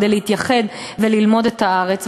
כדי להתייחד וללמוד את הארץ.